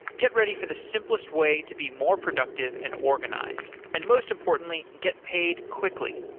get ready for the simplest way to be more productive and organized. and most importantly, get paid quickly.